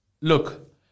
Look